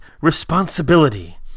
responsibility